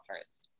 first